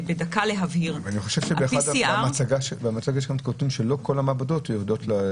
אני חושב שבמצגת שלכם אתם כותבים שלא כל המעבדות יודעות.